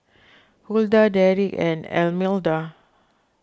Hulda Derrick and Almeda